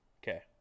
Okay